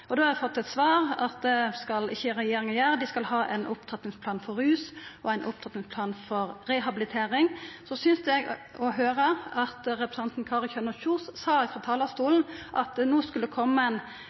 kommunane. Då har eg fått til svar at det skal ikkje regjeringa gjera, dei skal ha ein opptrappingsplan for rusfeltet og ein opptrappingsplan for rehabilitering. Så syntest eg å høyra at representanten Kari Kjønaas Kjos sa